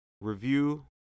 review